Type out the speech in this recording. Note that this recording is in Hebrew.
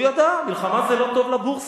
הוא ידע שמלחמה זה לא טוב לבורסה.